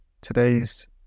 today's